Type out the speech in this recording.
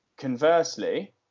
conversely